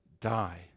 die